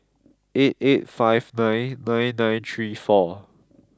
eight eight five nine nine nine three four